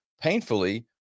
painfully